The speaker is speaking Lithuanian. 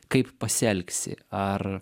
kaip pasielgsi ar